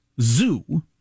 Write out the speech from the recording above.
zoo